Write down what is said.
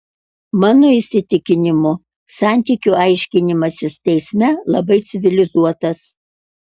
mano įsitikinimu santykių aiškinimasis teisme labai civilizuotas